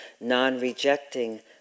non-rejecting